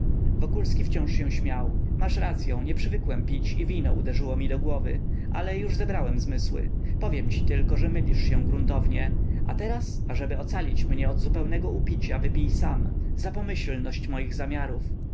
stasiu wokulski wciąż się śmiał masz racyą nie przywykłem pić i wino uderzyło mi do głowy ale już zebrałem zmysły powiem ci tylko że mylisz się gruntownie a teraz ażeby ocalić mnie od zupełnego upicia wypij sam za pomyślność moich zamiarów